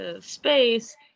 space